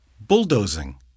Bulldozing